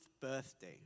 birthday